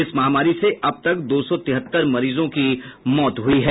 इस महामारी से अब तक दो सौ तिहत्तर मरीजों की मौत हुई है